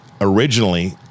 originally